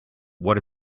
what